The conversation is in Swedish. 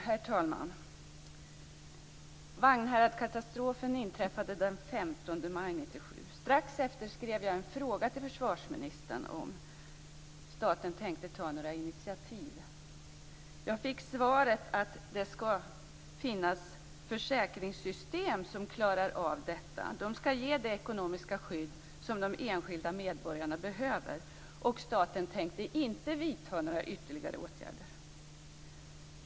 Herr talman! Vagnhäradskatastrofen inträffade den 15 maj 1997. Strax efteråt skrev jag en fråga till försvarsministern om ifall staten tänkte ta några initiativ. Jag fick svaret att det skall finnas försäkringssystem som klarar av detta, att de skall ge det ekonomiska skydd som de enskilda medborgarna behöver och att staten inte tänkte vidta några ytterligare åtgärder.